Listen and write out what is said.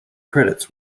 credits